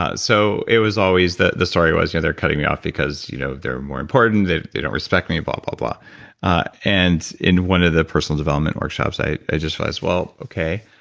ah so it was always the the story was, yeah they're cutting me off because you know there are more important, that they don't respect me, blah, blah, blah and in one of the personal development workshops, i i just realized, well, okay,